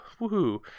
woohoo